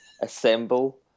assemble